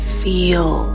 feel